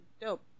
dope